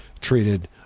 treated